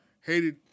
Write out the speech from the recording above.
hated